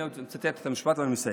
אני מצטט את המשפט ואני מסיים.